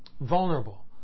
Vulnerable